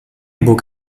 burg